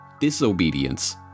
Disobedience